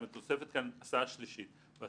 בזמנו היה אגף השיקום, השירות